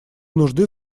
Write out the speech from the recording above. нужды